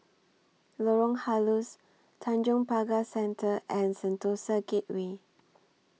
Lorong Halus Tanjong Pagar Centre and Sentosa Gateway